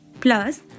Plus